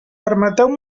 permeteu